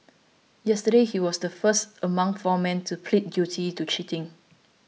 yesterday he was the first among four men to plead guilty to cheating